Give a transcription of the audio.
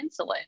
insulin